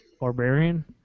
Barbarian